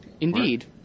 Indeed